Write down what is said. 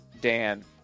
Dan